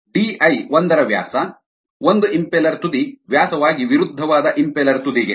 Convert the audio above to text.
DI ಒಂದರ ವ್ಯಾಸ ಒಂದು ಇಂಪೆಲ್ಲೆರ್ ತುದಿ ವ್ಯಾಸವಾಗಿ ವಿರುದ್ಧವಾದ ಇಂಪೆಲ್ಲೆರ್ ತುದಿಗೆ